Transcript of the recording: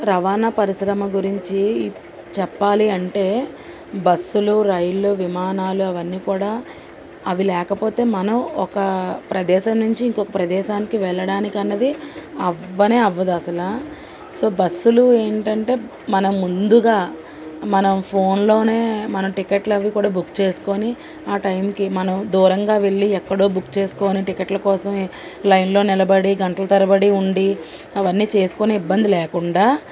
రవాణా పరిశ్రమ గురించి చెప్పాలి అంటే బస్సులు రైళ్ళు విమానాలు అవన్నీ కూడా అవి లేకపోతే మనం ఒక ప్రదేశం నుంచి ఇంకొక ప్రదేశానికి వెళ్ళడానికి అన్నది అవ్వనే అవ్వదు అస్సలు సో బస్సులు ఏంటంటే మనం ముందుగా మనం ఫోన్లోనే మన టికెట్లవి కూడా బుక్ చేసుకొని ఆ టైంకి మనం దూరంగా వెళ్ళి ఎక్కడో బుక్ చేసుకొని టికెట్ల కోసం లైన్లో నిలబడి గంటల తరబడి ఉండి అవన్నీ చేసుకొనే ఇబ్బంది లేకుండా